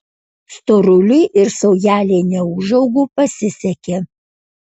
storuliui ir saujelei neūžaugų pasisekė